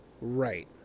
right